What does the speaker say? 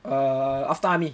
err after army